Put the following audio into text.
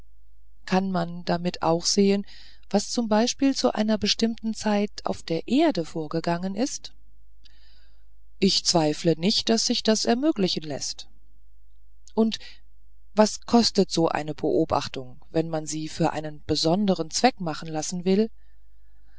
kann man damit auch sehen was zum beispiel zu einer bestimmten zeit auf der erde vorgegangen ist ich zweifle nicht daß sich das ermöglichen läßt und was kostet so eine beobachtung wenn man sie für einen besonderen zweck machen lassen will